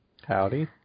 Howdy